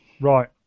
right